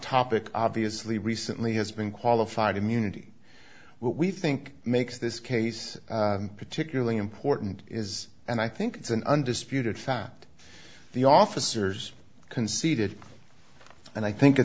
topic obviously recently has been qualified immunity what we think makes this case particularly important is and i think it's an undisputed fact the officers conceded and i think